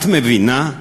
את מבינה?